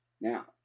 Now